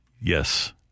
Yes